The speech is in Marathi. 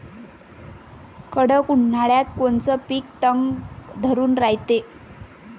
कडक उन्हाळ्यात कोनचं पिकं तग धरून रायते?